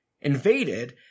invaded –